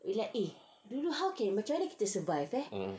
ah